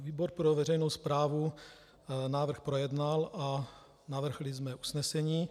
Výbor pro veřejnou správu návrh projednal a navrhl usnesení.